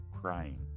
crying